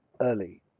early